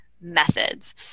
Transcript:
methods